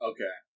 Okay